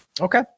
Okay